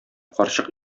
карчык